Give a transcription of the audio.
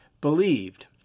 believed